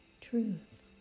truth